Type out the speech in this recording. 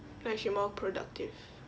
like she more productive